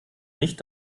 nicht